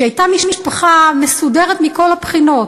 שהייתה משפחה מסודרת מכל הבחינות,